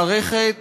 מערכת